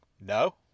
No